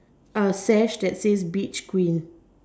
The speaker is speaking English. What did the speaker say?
a sash that says beach queen